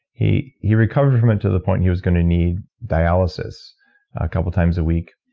he he recovered from it to the point he was going to need dialysis a couple times a week.